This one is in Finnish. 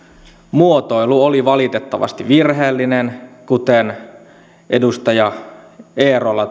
muotoilu oli valitettavasti virheellinen kuten edustaja eerola